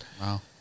wow